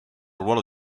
ruolo